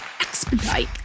expedite